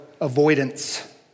avoidance